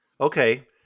okay